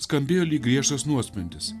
skambėjo lyg griežtas nuosprendis